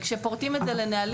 כאשר פורטים את זה לנהלים,